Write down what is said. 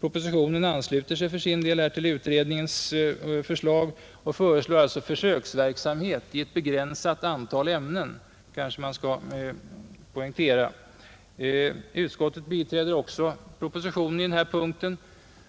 Propositionen ansluter sig till utredningen och föreslår försöksverksamhet i ett begränsat antal ämnen — det sistnämnda bör kanske poängteras. Utskottet biträder propositionen i denna punkt.